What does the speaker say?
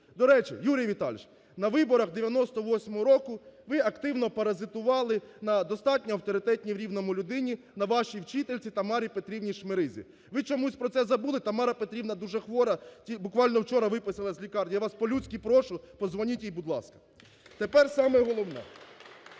До речі, Юрій Віталійович, на виборах 98-го року ви активно паразитували на достатньо авторитетній в Рівному людині, на вашій вчительці Тамарі Петрівні Шмеризі, ви чомусь про це забули. Тамара Петрівна дуже хвора, буквально вчора виписали з лікарні. Я вас по-людській прошу, подзвоніть їй, будь ласка. Тепер саме головне,